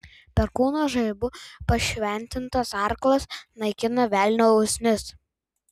perkūno žaibu pašventintas arklas naikina velnio usnis